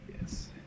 yes